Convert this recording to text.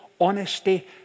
honesty